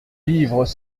livres